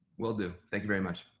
will do, thank you very much.